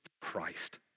Christ